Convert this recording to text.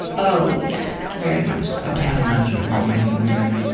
oh yes, very much so. i can't imagine how many women